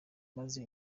maze